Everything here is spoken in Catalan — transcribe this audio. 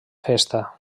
festa